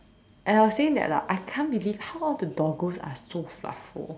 and I was saying that like I can't believe how the doggos are so fluffy